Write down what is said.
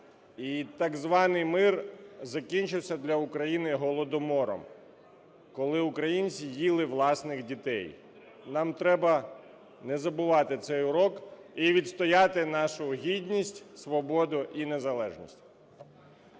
так званий мир закінчився для України Голодомором, коли українці їли власних дітей. Нам треба не забувати цей урок і відстояти нашу гідність, свободу і незалежність.